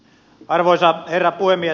arvoisa herra puhemies